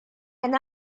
and